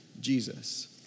Jesus